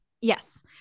Yes